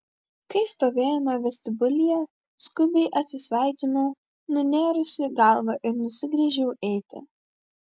kai stovėjome vestibiulyje skubiai atsisveikinau nunėrusi galvą ir nusigręžiau eiti